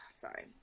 sorry